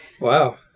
Wow